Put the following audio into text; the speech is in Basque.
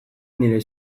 nire